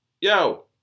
yo